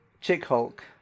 Chick-Hulk